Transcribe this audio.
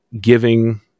giving